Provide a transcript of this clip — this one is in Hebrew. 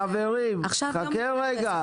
חברים, חכה רגע.